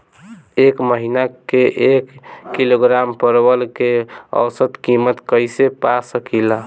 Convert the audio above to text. एक महिना के एक किलोग्राम परवल के औसत किमत कइसे पा सकिला?